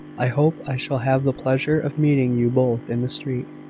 i hope i shall have the pleasure of meeting you both in the street,